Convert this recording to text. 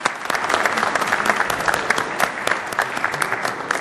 (מחיאות כפיים)